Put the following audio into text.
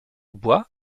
bois